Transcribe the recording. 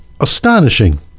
astonishing